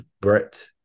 Brett